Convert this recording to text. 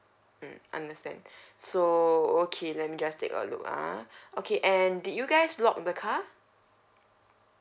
mm understand so okay let me just take a look uh okay and did you guys lock the car